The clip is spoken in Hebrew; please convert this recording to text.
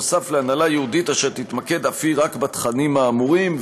נוסף על הנהלה ייעודית אשר תתמקד אף היא רק בתכנים האמורים.